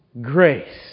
grace